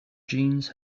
jeans